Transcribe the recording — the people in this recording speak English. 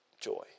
joy